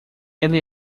ele